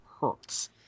hurts